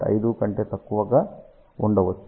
5 కంటే తక్కువగా ఉండవచ్చు